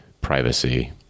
privacy